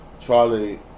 Charlie